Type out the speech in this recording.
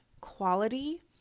quality